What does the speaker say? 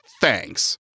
thanks